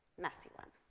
messy one.